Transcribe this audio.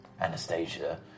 Anastasia